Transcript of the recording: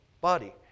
body